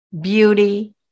beauty